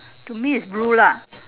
to me it's blue lah